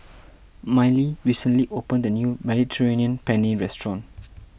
Mylee recently opened a new Mediterranean Penne restaurant